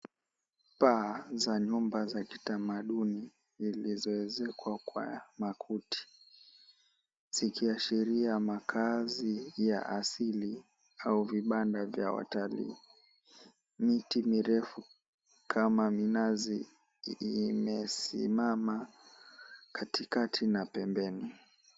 Paa za nyumba za kitamaduni zilizoezekwa kwa makuti. Zikiashiria makaazi ya asili au vibanda vya watalii. Miti mirefu kama minazi imesimama katikati na pembeni.